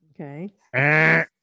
Okay